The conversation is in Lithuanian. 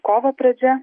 kovo pradžia